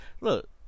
look